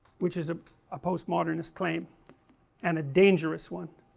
which is ah a post-modernist claim and a dangerous one